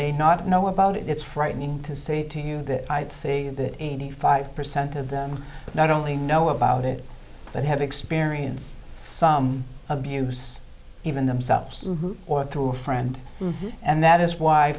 may not know about it it's frightening to say to you that i see that eighty five percent of them not only know about it that have experienced some abuse even themselves or through a friend and that is why